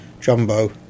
Jumbo